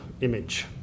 image